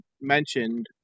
mentioned